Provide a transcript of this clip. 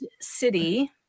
city